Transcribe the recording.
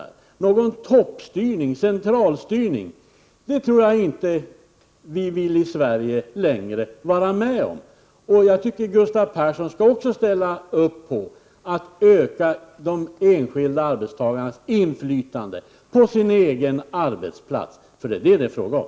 Någon centralstyrning tror jag inte att vi i Sverige längre vill vara med om. Jag tycker att Gustav Persson också skall ställa upp på att öka de enskilda arbetstagarnas inflytande på sin egen arbetsplats, för det är det det är fråga om.